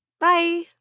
Bye